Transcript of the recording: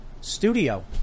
studio